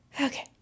okay